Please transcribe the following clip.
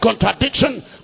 contradiction